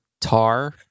tar